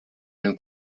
new